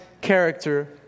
character